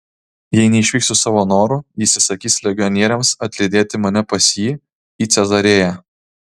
jei neišvyksiu savo noru jis įsakys legionieriams atlydėti mane pas jį į cezarėją